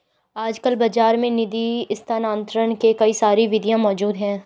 आजकल बाज़ार में निधि स्थानांतरण के कई सारी विधियां मौज़ूद हैं